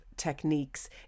techniques